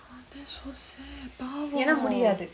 oh that's so sad பாவோ:pavo